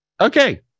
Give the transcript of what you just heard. Okay